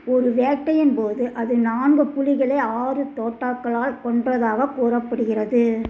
ஒரு வேட்டையின்போது அது நான்கு புலிகளை ஆறு தோட்டாக்களால் கொன்றதாக கூறப்படுகிறது